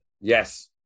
Yes